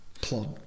plot